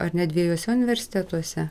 ar net dviejuose universitetuose